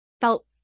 felt